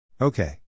Okay